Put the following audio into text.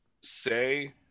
say